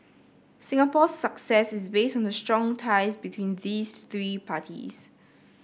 Singapore's success is based on the strong ties between these three parties